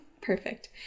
Perfect